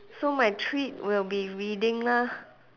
so my treat will be reading lah